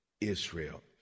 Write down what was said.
Israel